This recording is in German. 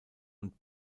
und